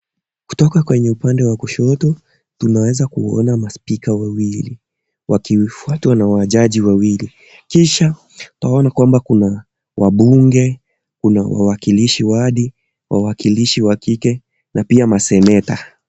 Kutoka kwenye upande wa kushoto tunaweza kuona maspika wawili wakifuatwa na wajaji wawili, kisha naona kwamba kuna wabunge kuna wawakilishi wadi wawakilishi wa kike na pia maseneta.